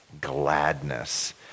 gladness